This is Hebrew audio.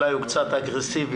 אולי הוא קצת אגרסיבי,